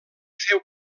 féu